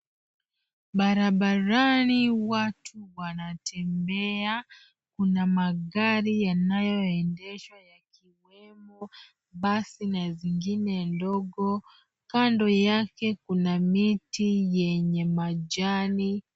Barabarani watu wanatembea. Kuna magari yanayoendeshwa yakiwemo basi na zingine ndogo. Kando yake kuna miti yenye majani.